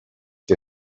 que